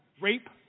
rape